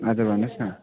हजुर भन्नुहोस् न